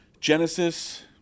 Genesis